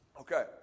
Okay